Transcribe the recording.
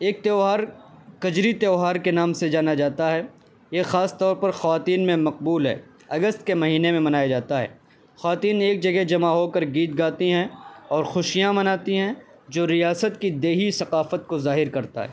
ایک تہوار کجری تہوار کے نام سے جانا جاتا ہے یہ خاص طور پر خواتین میں مقبول ہے اگست کے مہینے میں منایا جاتا ہے خواتین نے ایک جگہ جمع ہو کر گیت گاتی ہیں اور خوشیاں مناتی ہیں جو ریاست کی دیہی ثقافت کو ظاہر کرتا ہے